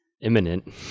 imminent